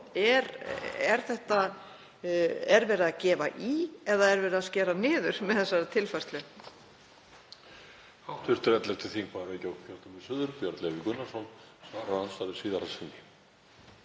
Er verið að gefa í eða er verið að skera niður með þessari tilfærslu?